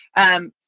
and